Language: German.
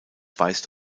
weist